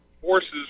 forces